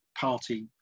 party